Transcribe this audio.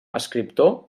escriptor